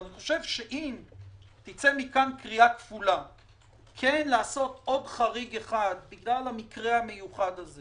אם מכאן תצא קריאה כפולה לעשות עוד חריג אחד בגלל המקרה המיוחד הזה